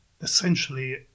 essentially